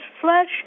flesh